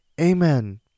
Amen